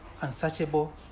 unsearchable